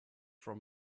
from